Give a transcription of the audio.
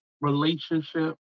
Relationship